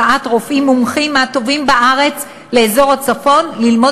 הגעת רופאים מומחים מהטובים בארץ לאזור הצפון ללמד